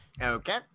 Okay